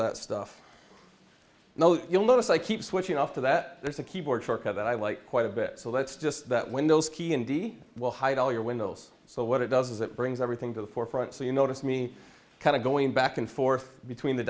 that stuff no you'll notice i keep switching off to that there's a keyboard shortcut that i like quite a bit so that's just that windows key indy will hide all your windows so what it does is it brings everything to the forefront so you notice me kind of going back and forth between the